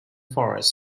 forest